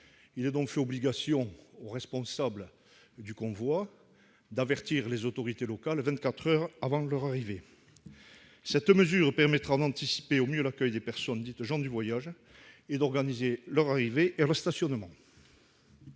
Il vise donc à faire obligation aux responsables du convoi d'avertir les autorités locales vingt-quatre heures avant l'arrivée sur les lieux. Cette mesure permettra d'anticiper au mieux l'accueil des personnes dites « gens du voyage » et d'organiser leur arrivée et leur stationnement.